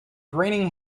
raining